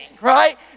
right